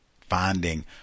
finding